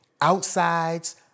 Outsides